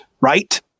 right